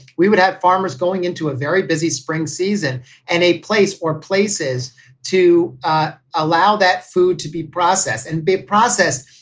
we would have farmers going into a very busy spring season and a place or places to allow that food to be processed and be processed.